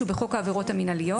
שהוא בחוק העבירות המינהליות.